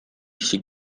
she